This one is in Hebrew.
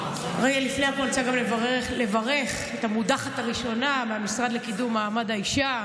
לפני הכול צריך גם לברך את המודחת הראשונה מהמשרד לקידום מעמד האישה,